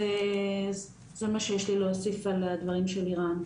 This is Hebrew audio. זה מה שיש לי להוסיף על הדברים של לירן.